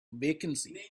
vacancy